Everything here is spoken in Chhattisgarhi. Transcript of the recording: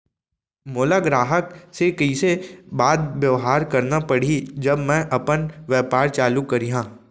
मोला ग्राहक से कइसे बात बेवहार करना पड़ही जब मैं अपन व्यापार चालू करिहा?